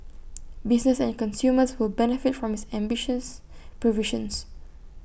business and consumers will benefit from its ambitious provisions